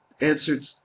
answered